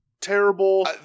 terrible